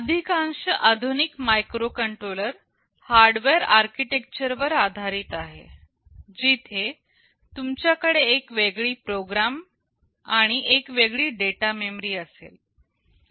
अधिकांश आधुनिक microcontroller hardware architecture वर आधारित आहे जिथे तुमच्याकडे एक वेगळी प्रोग्राम मेमरी आणि एक वेगळी डेटा मेमरी असेल